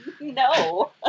No